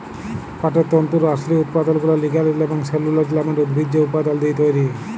পাটের তল্তুর আসলি উৎপাদলগুলা লিগালিল এবং সেলুলজ লামের উদ্ভিজ্জ উপাদাল দিঁয়ে তৈরি